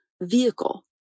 vehicle